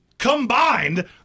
Combined